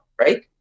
right